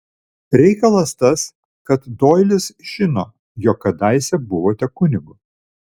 reikalas tas kad doilis žino jog kadaise buvote kunigu